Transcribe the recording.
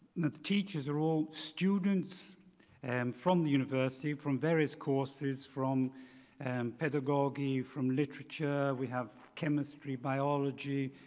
the teachers are all students and from the university, from various courses, from and pedagogy, from literature, we have chemistry, biology,